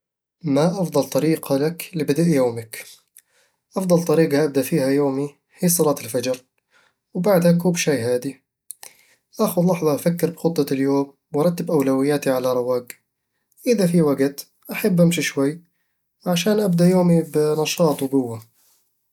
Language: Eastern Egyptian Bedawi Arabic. ما أفضل طريقة لك لبدء يومك؟ أفضل طريقة أبدا فيها يومي هي صلاة الفجر، وبعدها كوب شاي هادي أخذ لحظة أفكر بخطة اليوم وأرتب أولوياتي على رواق إذا في وقت، أحب أمشي شوي عشان أبدأ يومي بنشاط وقوة